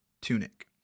Tunic